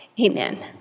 amen